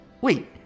Wait